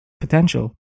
potential